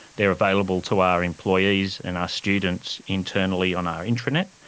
they're available to our employees and our students internally on our intranet,